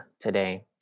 today